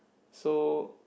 so